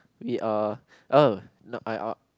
we are oh not I are